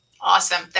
Awesome